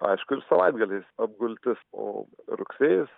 aišku ir savaitgaliais apgultis o rugsėjis